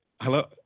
hello